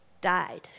died